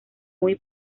muy